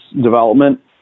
development